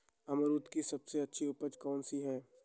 अमरूद की सबसे अच्छी उपज कौन सी है?